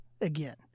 again